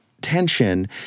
tension